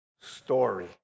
story